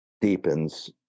deepens